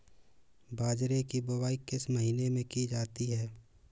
बाजरे की बुवाई किस महीने में की जाती है?